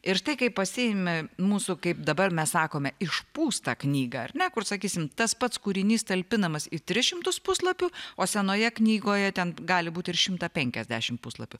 ir štai kai pasiimi mūsų kaip dabar mes sakome išpūstą knygą ar ne kur sakysim tas pats kūrinys talpinamas į tris šimtus puslapių o senoje knygoje ten gali būt ir šimtą penkiasdešim puslapių